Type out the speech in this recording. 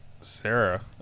Sarah